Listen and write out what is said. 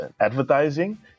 advertising